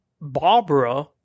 Barbara